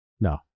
No